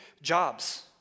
jobs